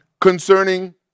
concerning